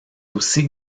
aussi